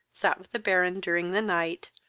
sat with the baron during the night,